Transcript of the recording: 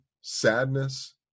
sadness